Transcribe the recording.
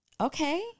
Okay